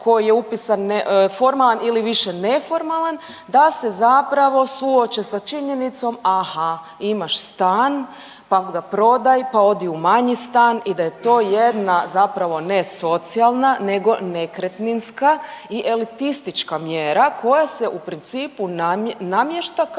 koji je upisan formalan ili više neformalan da se zapravo suoče sa činjenicom aha imaš stan, pa ga prodaj, pa odi u manji stan i da je to jedna zapravo ne socijalna nego nekretninska i elitistička mjera koja se u principu namješta kako